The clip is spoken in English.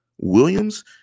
williams